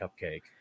Cupcake